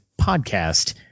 podcast